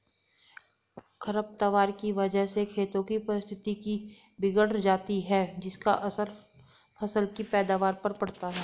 खरपतवार की वजह से खेतों की पारिस्थितिकी बिगड़ जाती है जिसका असर फसल की पैदावार पर पड़ता है